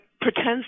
pretends